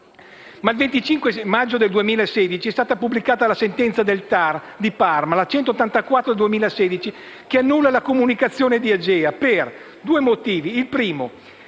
Il 25 maggio 2016 è stata pubblicata la sentenza del TAR di Parma n. 184, che annulla la comunicazione di AGEA per due motivi. Il primo: